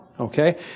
Okay